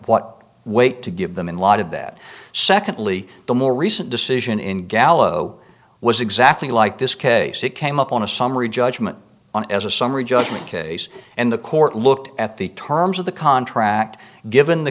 what weight to give them in lot of that secondly the more recent decision in gallo was exactly like this case it came up on a summary judgment on it as a summary judgment case and the court looked at the terms of the contract given the